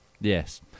Yes